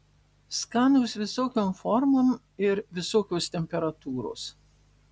skanūs visokiom formom ir visokios temperatūros